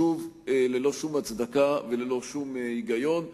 שוב, ללא שום הצדקה וללא שום היגיון.